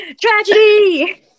tragedy